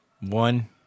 one